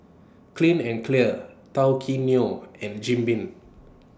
Clean and Clear Tao Kae Noi and Jim Beam